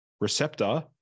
receptor